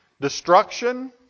destruction